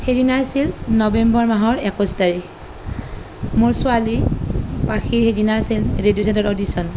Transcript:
সেইদিনা আছিল নৱেম্বৰ মাহৰ একৈছ তাৰিখ মোৰ ছোৱালী পাখিৰ সেইদিনা আছিল ৰেডিঅ' চেণ্টাৰত অ'ডিছ্য়ন